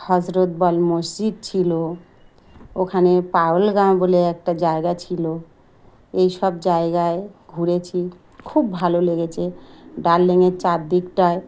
হজরতবল মসজিদ ছিলো ওখানে পহেলগাঁও বলে একটা জায়গা ছিলো এইসব জায়গায় ঘুরেছি খুব ভালো লেগেছে ডাল লেকের চারদিকটায়